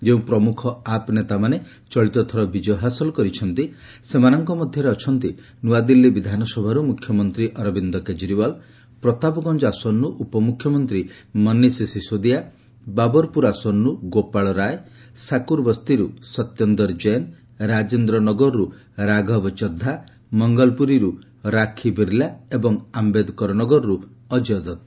ଯେଉଁ ପ୍ରମୁଖ ଆପ୍ ନେତାମାନେ ଚଳିତଥର ବିଜୟ ହାସଲ କରିଛନ୍ତି ସେମାନଙ୍କ ମଧ୍ୟରେ ଅଛନ୍ତି ନୂଆଦିଲ୍ଲୀ ବିଧାନସଭାରୁ ମୁଖ୍ୟମନ୍ତ୍ରୀ ଅରବିନ୍ଦ କେଜରିୱାଲ ପ୍ରତାପଗଞ୍ଜ ଆସନରୁ ଉପମୁଖ୍ୟମନ୍ତ୍ରୀ ମନୀଷ ସିଶୋଦିଆ ବାବରପୁର ଆସନରୁ ଗୋପାଳ ରାୟ ସାକୁରବସ୍ତିରୁ ସତ୍ୟନ୍ଦର କୈନ ରାଜେନ୍ଦ୍ରନଗରରୁ ରାଘବ ଚଦ୍ଧା ମଙ୍ଗଲପୁରୀରୁ ରାକ୍ଷୀ ବିର୍ଲା ଏବଂ ଆମ୍ଘେଦକର ନଗରରୁ ଅଜ୍ଞୟ ଦତ୍ତ